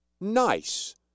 nice